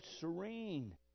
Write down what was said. serene